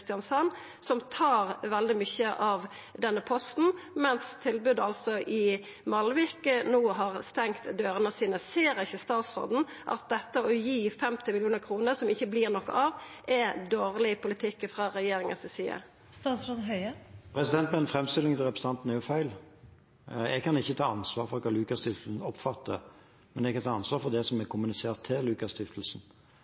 Kristiansand, som tar veldig mykje av denne posten, medan tilbodet i Malvik no har stengd dørene sine. Ser ikkje statsråden at å gi 50 mill. kr til noko som ikkje vert noko av, er dårleg politikk frå regjeringa si side? Den framstillingen fra representanten Toppe er jo feil. Jeg kan ikke ta ansvaret for hva Lukas Stiftelsen oppfatter, men jeg kan ta ansvar for det som er